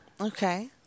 Okay